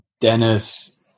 Dennis